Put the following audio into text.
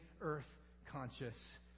earth-conscious